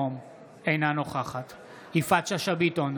אינה נוכחת יפעת שאשא ביטון,